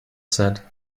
said